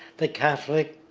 the catholic,